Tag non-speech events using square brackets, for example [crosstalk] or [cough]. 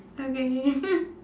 okay [laughs]